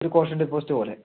ഒരു caution deposit പൊലെ